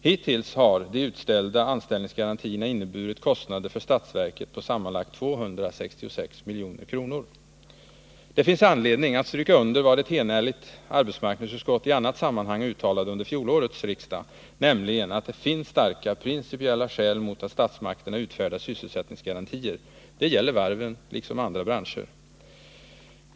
Hittills har de utställda anställningsgarantierna inneburit kostnader för statsverket på sammanlagt 266 milj.kr. Det finns anledning att stryka under vad ett enhälligt arbetsmarknadsutskott i annat sammanhang uttalade under fjolårets riksmöte, nämligen att det finns starka principiella skäl mot att statsmakterna utfärdar sysselsättningsgarantier. Det gäller varven liksom andra branscher.